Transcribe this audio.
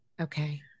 Okay